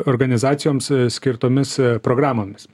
organizacijoms skirtomis programomis